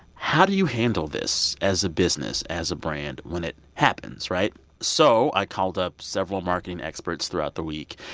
how do you handle this, as a business, as a brand, when it happens, right? so i called up several marketing experts throughout the week,